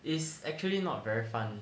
is actually not very fun